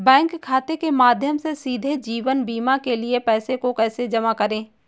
Bank खाते के माध्यम से सीधे जीवन बीमा के लिए पैसे को कैसे जमा करें?